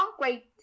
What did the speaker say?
great